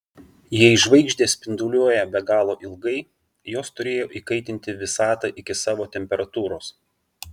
jei žvaigždės spinduliuoja be galo ilgai jos turėjo įkaitinti visatą iki savo temperatūros